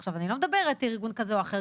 עכשיו, אני לא מדברת על ארגון כזה או אחר.